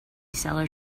seller